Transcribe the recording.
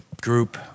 group